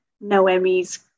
Noemi's